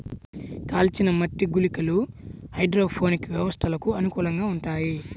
కాల్చిన మట్టి గుళికలు హైడ్రోపోనిక్ వ్యవస్థలకు అనుకూలంగా ఉంటాయి